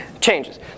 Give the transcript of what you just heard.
changes